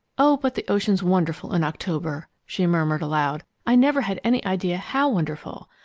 oh, but the ocean's wonderful in october! she murmured aloud. i never had any idea how wonderful.